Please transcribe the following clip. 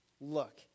look